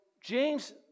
James